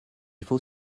faut